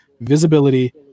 visibility